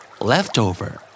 Leftover